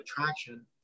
attraction